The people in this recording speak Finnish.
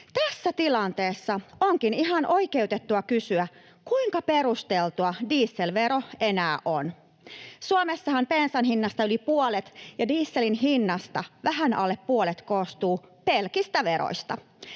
Tässä tilanteessa onkin ihan oikeutettua kysyä, kuinka perusteltu dieselvero enää on. Suomessahan bensan hinnasta yli puolet, ja dieselin hinnasta vähän alle puolet, koostuu pelkistä veroista.